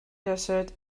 desert